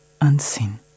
unseen